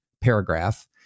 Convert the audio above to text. paragraph